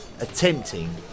attempting